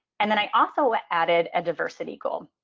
and then i also ah added a diversity goal.